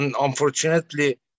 unfortunately